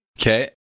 Okay